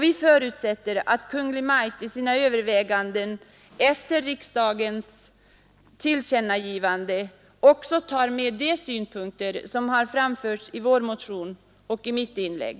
Vi förutsätter att Kungl. Maj:t i sina överväganden efter riksdagens tillkännagivande också tar med de synpunkter som framförts i vår motion och i mitt inlägg.